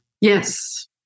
Yes